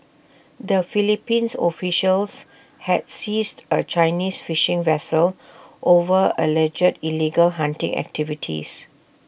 the Philippines officials had seized A Chinese fishing vessel over alleged illegal hunting activities